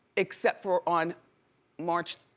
except for on march